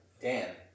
Dan